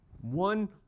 one